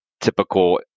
typical